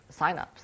signups